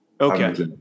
Okay